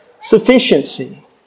Sufficiency